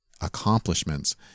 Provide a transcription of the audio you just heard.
accomplishments